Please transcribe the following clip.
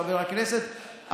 חבר הכנסת,